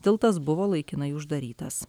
tiltas buvo laikinai uždarytas